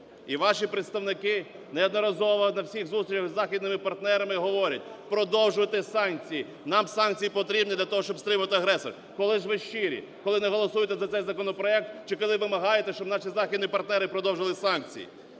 І ваші представники неодноразово на всіх зустрічах із західними партнерами говорять: "Продовжуйте санкції, нам санкції потрібні для того, щоб стримати агресора". Коли ж ви щирі? Коли не голосуєте за цей законопроект чи коли вимагаєте, щоб наші західні партнери продовжували санкції?